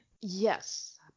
Yes